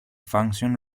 function